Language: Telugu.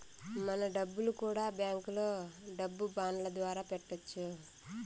మన డబ్బులు కూడా బ్యాంకులో డబ్బు బాండ్ల ద్వారా పెట్టొచ్చు